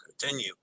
continue